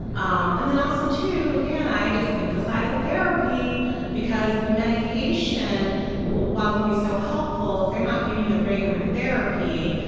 um and then also too, again, i just emphasize the therapy because the medication while can be so helpful, if they're not getting their regular therapy,